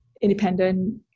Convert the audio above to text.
independent